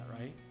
right